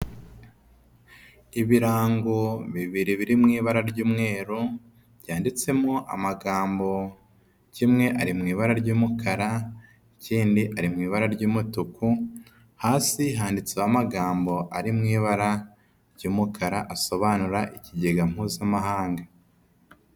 Ibirango bibiri biri mu ibara ry'umweru byanditsemo amagambo, kimwe ari mu ibara ry'umukara, ikindi ari mu ibara ry'umutuku, hasi handitseho amagambo ari mu ibara ry'umukara asobanura ikigega Mpuzamahanga.